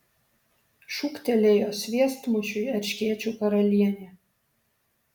šūktelėjo sviestmušiui erškėčių karalienė